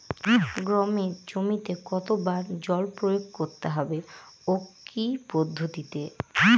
গমের জমিতে কতো বার জল প্রয়োগ করতে হবে ও কি পদ্ধতিতে?